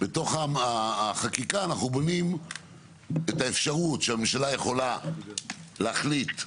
בתוך החקיקה אנחנו בונים את האפשרות שהממשלה יכולה להחליט להוציא,